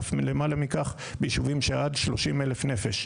אף למעלה מכך ביישובים של עד 30,000 נפש.